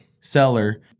seller